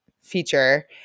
feature